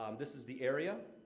um this is the area.